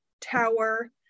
tower